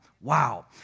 Wow